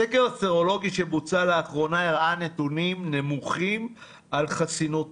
הסקר הסרולוגי שבוצע לאחרונה הראה נתונים נמוכים על חסינות